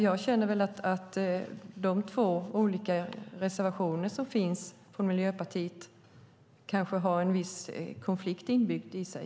Jag känner att de två olika reservationer som finns från Miljöpartiet kanske har en viss konflikt inbyggd i sig.